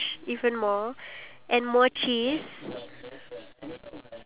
I thought what